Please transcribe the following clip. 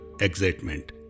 excitement